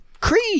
Creed